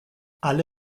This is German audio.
alle